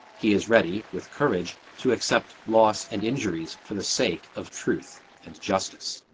he is ready with courage to accept loss and injuries for the sake of truth and justice.